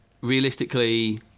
realistically